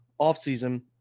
offseason